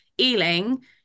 Ealing